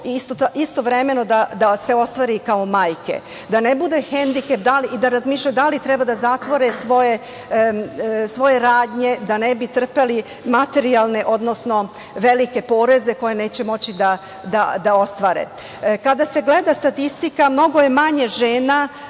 istovremeno da se ostvare kao majke, da ne bude hendikep da razmišljaju da li treba da zatvore svoje radnje, da ne bi trpeli materijalno, velike poreze koje neće moći da ostvare. Kada se gleda statistika, mnogo je manje žena,